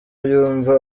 yumva